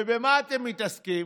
ובמה אתם מתעסקים?